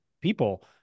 people